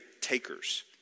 takers